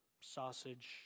sausage